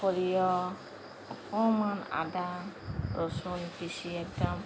সৰিয়হ অকমান আদা ৰচুন পিচি একদম